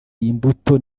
imbuto